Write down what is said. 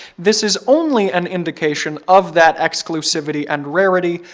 this is only an indication of that exclusivity and rarity,